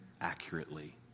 accurately